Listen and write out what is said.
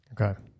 Okay